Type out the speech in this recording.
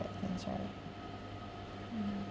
bad things right mm